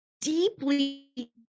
Deeply